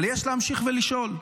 אבל יש להמשיך ולשאול,